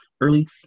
early